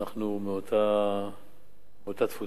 אנחנו מאותה תפוצה,